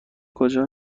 کجا